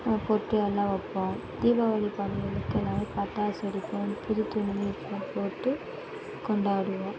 பொட்டு எல்லாம் வைப்போம் தீபாவளி பண்டிகைக்கு எல்லோரும் பட்டாசு வெடிப்போம் புது துணி போட்டு கொண்டாடுவோம்